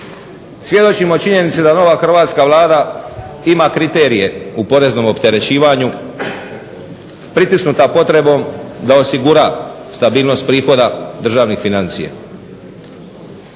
svjedočimo činjenici da nova hrvatska Vlada ima kriterije u poreznom opterećivanju pritisnuta potrebom da osigura stabilnost prihoda državnih financija.